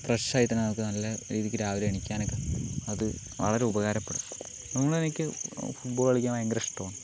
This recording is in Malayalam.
ഫ്രഷായിട്ട് നമുക്ക് നല്ല രീതിക്ക് രാവിലെ എണീക്കാനൊക്കെ അത് വളരെ ഉപകാരപ്പെടും നമ്മള് എനിക്ക് ഫുട്ബോൾ കളിക്കാൻ ഭയങ്കര ഇഷ്ടമാണ്